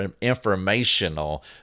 informational